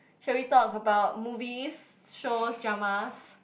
shall we talk about movies shows dramas